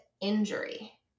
injury